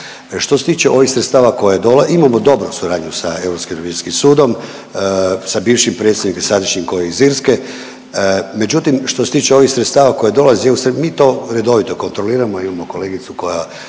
Što se tiče ovih sredstava koja imamo dobru suradnju sa Europskim revizorskim sudom, sa bivšim predsjednikom i sadašnjim koji je iz Irske, međutim što se tiče ovih sredstava koja dolazi, mi to redovito kontroliramo imamo kolegicu koja